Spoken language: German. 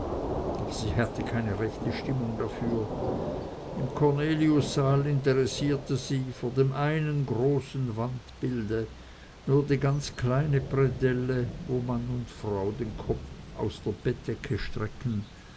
aber sie hatte keine rechte stimmung dafür im cornelius saal interessierte sie vor dem einen großen wandbilde nur die ganz kleine predelle wo mann und frau den kopf aus der bettdecke strecken